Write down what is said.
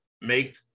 make